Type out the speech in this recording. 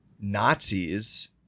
Nazis